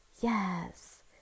yes